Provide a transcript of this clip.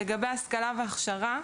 לגבי השכלה והכשרה,